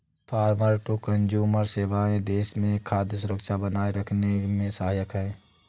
farmer to consumer सेवाएं देश में खाद्य सुरक्षा बनाए रखने में सहायक है